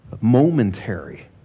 momentary